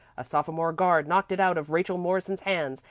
a sophomore guard knocked it out of rachel morrison's hands,